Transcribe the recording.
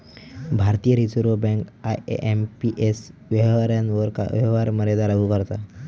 भारतीय reserve bank IMPS व्यवहारांवर व्यवहार मर्यादा लागू करता